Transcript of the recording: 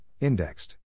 indexed